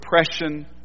oppression